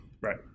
Right